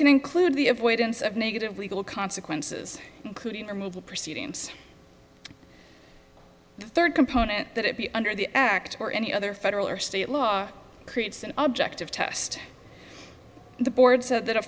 can include the avoidance of negative legal consequences including removal proceedings third component that it be under the act or any other federal or state law creates an object of test the board so that a